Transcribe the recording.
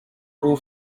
pour